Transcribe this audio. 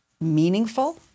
meaningful